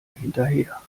hinterher